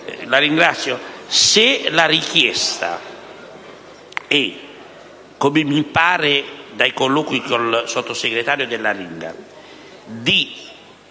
La ringrazio